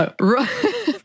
Right